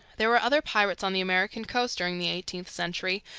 there were other pirates on the american coast during the eighteenth century,